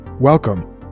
Welcome